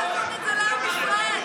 למה לעשות את זה לעם ישראל,